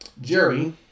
Jerry